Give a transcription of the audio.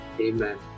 Amen